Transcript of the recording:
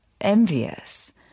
envious